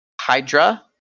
Hydra